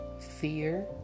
Fear